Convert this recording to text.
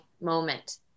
moment